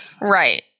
Right